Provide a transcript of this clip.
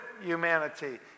humanity